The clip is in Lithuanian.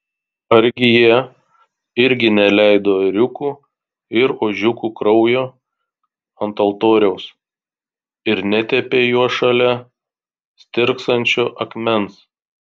argi jie irgi neleido ėriukų ir ožiukų kraujo ant altoriaus ir netepė juo šalia stirksančio akmens